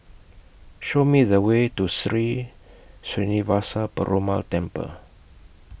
Show Me The Way to Sri Srinivasa Perumal Temple